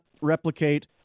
replicate